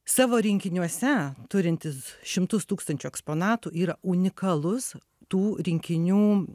savo rinkiniuose turintis šimtus tūkstančių eksponatų yra unikalus tų rinkinių